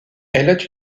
elle